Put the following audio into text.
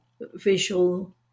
visual